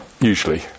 usually